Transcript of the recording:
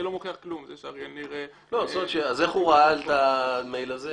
זה לא מוכיח כלום זה שאריאל ניר --- אז איך הוא ראה את המייל הזה?